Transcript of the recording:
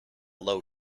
low